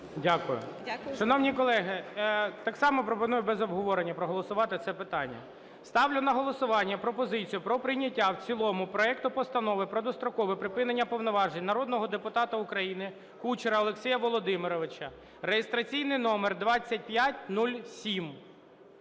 Дякую. Шановні колеги, так само пропоную без обговорення проголосувати це питання. Ставлю на голосування пропозицію про прийняття в цілому проекту Постанови про дострокове припинення повноважень народного депутата України Кучера Олексія Володимировича (реєстраційний номер 2507).